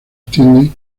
extiende